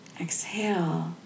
exhale